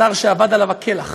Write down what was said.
שר שאבד עליו הכלח,